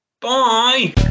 Bye